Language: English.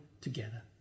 together